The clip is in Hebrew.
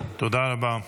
תודה רבה.